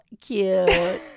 cute